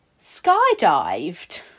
skydived